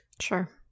Sure